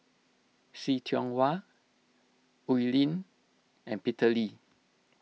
See Tiong Wah Oi Lin and Peter Lee